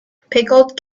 pickled